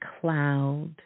cloud